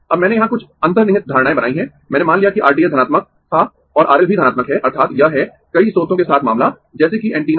अब मैंने यहां कुछ अंतर्निहित धारणाएं बनाई है मैंने मान लिया कि R t h धनात्मक था और R L भी धनात्मक है अर्थात् यह है कई स्रोतों के साथ मामला जैसे कि एंटीना